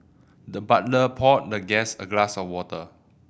the butler poured the guest a glass of water